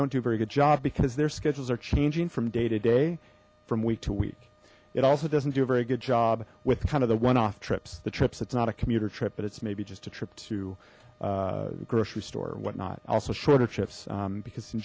don't do a very good job because their schedules are changing from day to day from week to week it also doesn't do a very good job with kind of the one off trips the trips it's not a commuter trip but it's maybe just a trip to a grocery store what not also shorter shifts because in